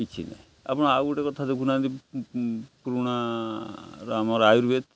କିଛି ନାହିଁ ଆପଣ ଆଉ ଗୋଟେ କଥା ଦେଖୁନାହାନ୍ତି ପୁରୁଣାର ଆମର ଆୟୁର୍ବେଦ